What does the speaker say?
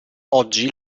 oggi